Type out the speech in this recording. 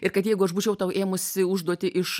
ir kad jeigu aš būčiau tau ėmusi užduotį iš